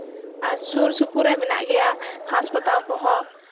ᱟᱨ ᱥᱩᱨ ᱥᱩᱯᱩᱨ ᱨᱮ ᱢᱮᱱᱟᱜ ᱜᱮᱭᱟ ᱦᱟᱥᱯᱟᱛᱟᱞ ᱠᱚᱦᱚᱸ